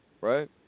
right